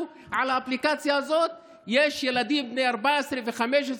על האפליקציה הזאת יש ילדים בני 14 ו-15,